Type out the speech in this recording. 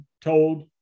told